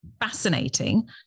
fascinating